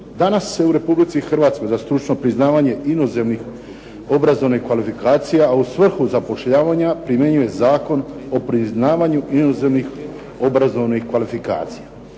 Danas se u Republici Hrvatskoj za stručno priznavanje inozemnih obrazovnih kvalifikacija, a u svrhu zapošljavanja, primjenjuje Zakon o priznavanju inozemnih obrazovnih kvalifikacija.